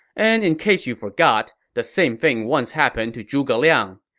and in case you forgot, the same thing once happened to zhuge liang.